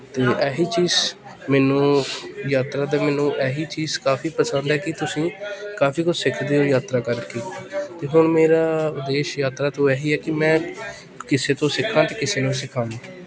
ਅਤੇ ਇਹੀ ਚੀਜ਼ ਮੈਨੂੰ ਯਾਤਰਾ 'ਤੇ ਮੈਨੂੰ ਇਹੀ ਚੀਜ਼ ਕਾਫੀ ਪਸੰਦ ਹੈ ਕਿ ਤੁਸੀਂ ਕਾਫੀ ਕੁੱਝ ਸਿੱਖਦੇ ਹੋ ਯਾਤਰਾ ਕਰਕੇ ਅਤੇ ਹੁਣ ਮੇਰਾ ਉਦੇਸ਼ ਯਾਤਰਾ ਤੋਂ ਇਹੀ ਹੈ ਕਿ ਮੈਂ ਕਿਸੇ ਤੋਂ ਸਿੱਖਾਂ ਅਤੇ ਕਿਸੇ ਨੂੰ ਸਿਖਾਵਾਂ